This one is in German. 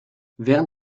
während